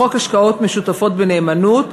לחוק השקעות משותפות בנאמנות,